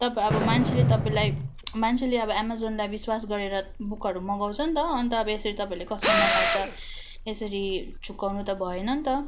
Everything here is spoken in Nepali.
तपाईँ अब मान्छेले तपाईँलाई मान्छेले अब एमेजनलाई विश्वास गरेर बुकहरू मगाउँछ नि त अन्त अब यसरी तपाईँले कस्टमरलाई त यसरी झुक्क्याउनु त भएन नि त